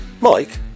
Mike